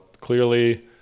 clearly